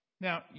Now